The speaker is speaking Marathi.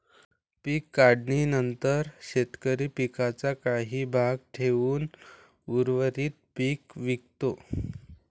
पीक काढणीनंतर शेतकरी पिकाचा काही भाग ठेवून उर्वरित पीक विकतो